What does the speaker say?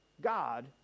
God